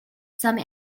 some